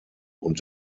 und